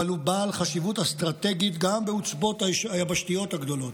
אבל הוא בעל חשיבות אסטרטגית גם בעוצבות היבשתיות הגדולות.